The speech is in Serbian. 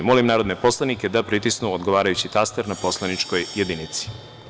Molim narodne poslanike da pritisnu odgovarajući taster na poslaničkoj jedinici.